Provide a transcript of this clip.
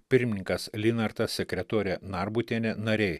pirmininkas linartas sekretorė narbutienė nariai